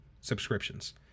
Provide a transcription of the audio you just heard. subscriptions